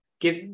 give